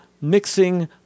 mixing